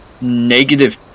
Negative